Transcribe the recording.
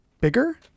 bigger